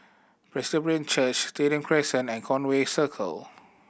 Presbyterian Church Stadium Crescent and Conway Circle